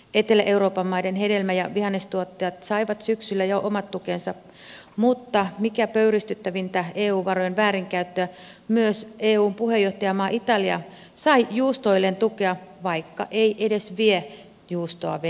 etelä euroopan maiden hedelmä ja vihannestuottajat saivat syksyllä jo omat tukensa mutta mikä pöyristyttävintä eu varojen väärinkäyttöä myös eun puheenjohtajamaa italia sai juustoilleen tukea vaikka ei edes vie juustoa venäjälle